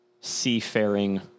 seafaring